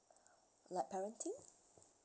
like parenting